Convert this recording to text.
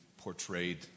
portrayed